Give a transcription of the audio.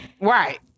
Right